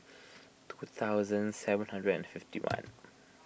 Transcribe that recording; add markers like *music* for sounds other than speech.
two thousand seven hundred and fifty one *noise*